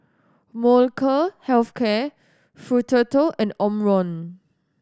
Molnylcke Health Care Futuro and Omron